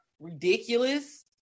ridiculous